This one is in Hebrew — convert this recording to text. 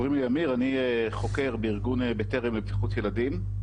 אני חוקר בארגון "בטרם" לבטיחות ילדים.